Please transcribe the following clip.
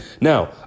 Now